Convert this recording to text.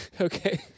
Okay